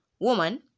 woman